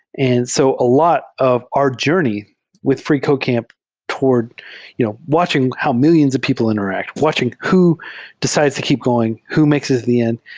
and so a lot of our journey with freecodecamp toward you know watching how mil lions of people interact, watching who decided to keep going, who makes it at the end.